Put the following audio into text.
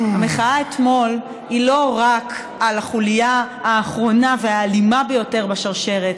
המחאה אתמול היא לא רק על החוליה האחרונה והאלימה ביותר בשרשרת,